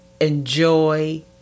enjoy